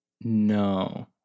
no